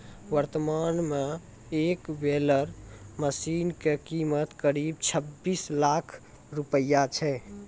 वर्तमान मॅ एक बेलर मशीन के कीमत करीब छब्बीस लाख रूपया छै